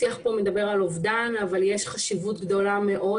השיח כאן מדבר על אובדן אבל יש חשיבות גדולה מאוד